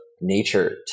nature